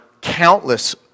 countless